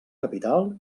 capital